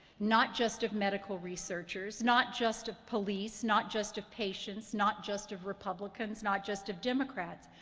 not just of medical researchers, not just of police, not just of patients, not just of republicans, not just of democrats,